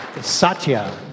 Satya